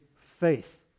faith